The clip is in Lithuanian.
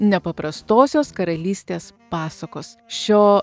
nepaprastosios karalystės pasakos šio